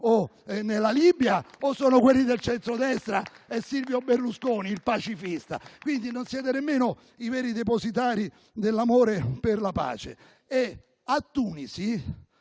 e nella Libia? O sono quelli del centrodestra e Silvio Berlusconi i pacifisti? Quindi non siete nemmeno i veri depositari dell'amore per la pace. A Tunisi,